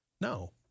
no